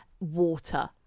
water